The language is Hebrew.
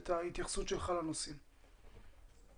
את ההתייחסות שלך לנושאים האלה.